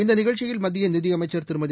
இந்த நிகழ்ச்சியில் மத்திய நிதியமைச்சர் திருமதி